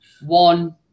one